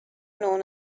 known